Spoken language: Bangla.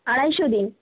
আড়াইশো দিন